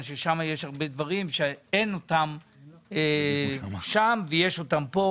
ששם יש הרבה דברים שאין אותם שם ויש אותם כאן.